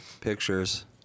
pictures